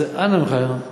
אז אנא ממך, תישמר.